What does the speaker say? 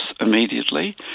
immediately